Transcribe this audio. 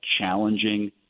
challenging